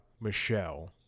Michelle